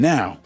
Now